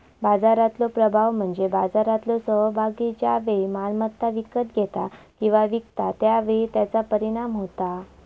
बाजारातलो प्रभाव म्हणजे बाजारातलो सहभागी ज्या वेळी मालमत्ता विकत घेता किंवा विकता त्या वेळी त्याचा परिणाम होता